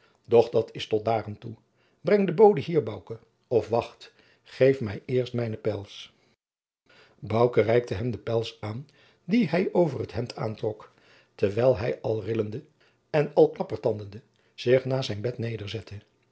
dat is tot daaraantoe breng den bode hier bouke of wacht geef mij eerst mijne pels bouke reikte hem de pels aan die hij over het hemd aantrok terwijl hij al rillende en klappertandende zich naast zijn bed nederzettede